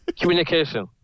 Communication